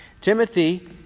Timothy